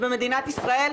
במדינת ישראל?